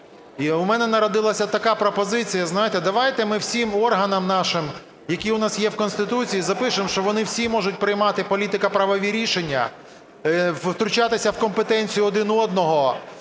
в мене народилася така пропозиція. Знаєте, давайте ми всім органам нашим, які у нас є в Конституції, запишемо, що вони всі можуть приймати політико-правові рішення, втручатися в компетенцію один одного,